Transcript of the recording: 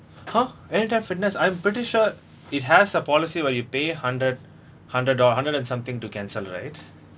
!huh! anytime fitness I'm pretty sure it has a policy where you pay hundred hundred or hundred and something to cancel right